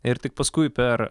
ir tik paskui per